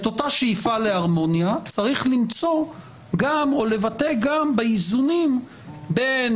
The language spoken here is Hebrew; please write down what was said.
את אותה שאיפה להרמוניה צריך למצוא או לבטא גם באיזונים בין,